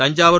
Thanjavur